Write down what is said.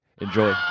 Enjoy